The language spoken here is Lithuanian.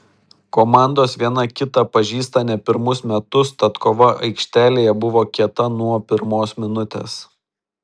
komandos viena kitą pažįsta ne pirmus metus tad kova aikštelėje buvo kieta nuo pirmos minutės